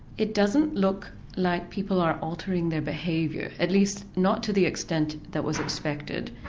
it doesn't look like people are altering their behaviour, at least not to the extent that was expected.